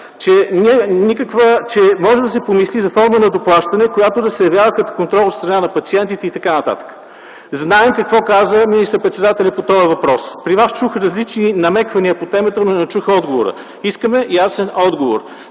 че може да се помисли за форма на доплащане, която да се явява като контрол от страна на пациентите и т.н. Знаем какво каза министър-председателят по този въпрос. При Вас чух различни намеквания по темата, но не чух отговора. Искаме ясен отговор